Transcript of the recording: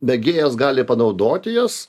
mėgėjas gali panaudoti jas